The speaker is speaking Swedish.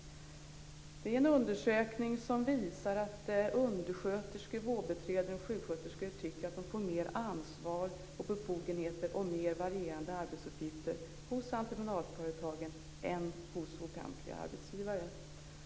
Det är en undersökning som visar att undersköterskor, vårdbiträden och sjuksköterskor tycker att de får mer ansvar, befogenheter och varierande arbetsuppgifter hos entreprenadföretagen än hos offentliga arbetsgivare.